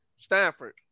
Stanford